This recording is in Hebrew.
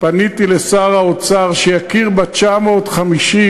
פניתי לשר האוצר שיכיר ב-950.